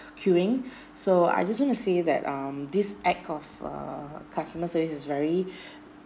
queuing so I just want to say that um this act of uh customer service is very